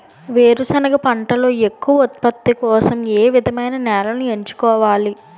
వేరుసెనగ పంటలో ఎక్కువ ఉత్పత్తి కోసం ఏ విధమైన నేలను ఎంచుకోవాలి?